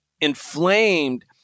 inflamed